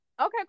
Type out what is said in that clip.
Okay